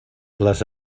les